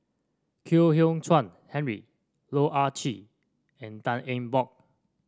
Kwek Hian Chuan Henry Loh Ah Chee and Tan Eng Bock